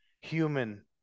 human